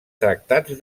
tractats